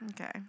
Okay